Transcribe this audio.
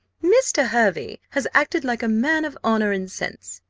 mr. hervey has acted like a man of honour and sense,